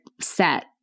set